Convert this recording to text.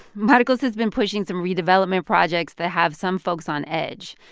marcos has been pushing some redevelopment projects that have some folks on edge.